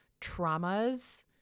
traumas